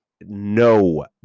No